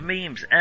Memes